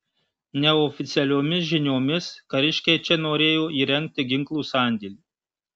neoficialiomis žiniomis kariškiai čia norėjo įrengti ginklų sandėlį